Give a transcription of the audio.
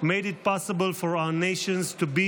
made it possible for our nations to be